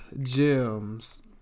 gems